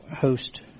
host